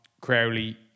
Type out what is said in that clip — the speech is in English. Crowley